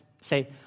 say